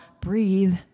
breathe